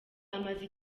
amaze